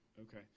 Okay